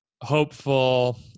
hopeful